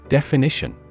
Definition